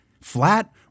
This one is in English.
flat